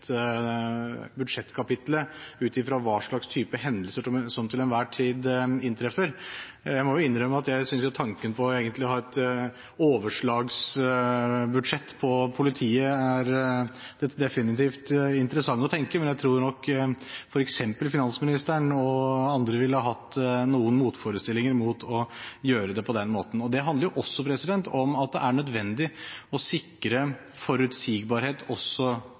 ned ut fra hva slags type hendelser som til enhver tid inntreffer. Jeg må egentlig innrømme at tanken på å ha et overslagsbudsjett for politiet definitivt er en interessant tanke, men jeg tror nok at f.eks. finansministeren og andre ville hatt noen motforestillinger mot å gjøre det på den måten. Det handler også om at det er nødvendig å sikre forutsigbarhet